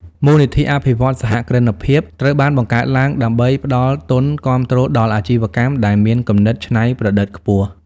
មូលនិធិអភិវឌ្ឍន៍សហគ្រិនភាពត្រូវបានបង្កើតឡើងដើម្បីផ្តល់ទុនគាំទ្រដល់អាជីវកម្មដែលមានគំនិតច្នៃប្រឌិតខ្ពស់។